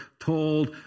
told